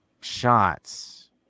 shots